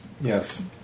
Yes